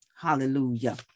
Hallelujah